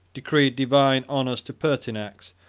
decreed divine honors to pertinax,